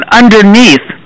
underneath